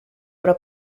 però